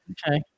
Okay